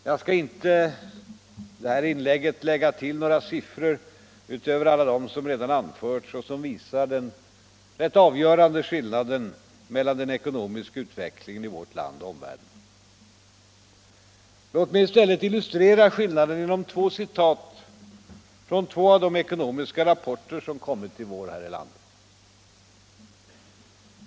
Jag skall inte i det här anförandet lägga till några siffror utöver alla dem som redan anförts och som visar den avgörande skillnaden mellan den ekonomiska utvecklingen i vårt land och den i omvärlden. Låt mig i stället illustrera skillnaden genom två citat från två av de ekonomiska rapporter som kommit i vår här i landet.